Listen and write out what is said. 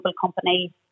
company